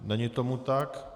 Není tomu tak.